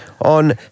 on